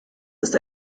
ist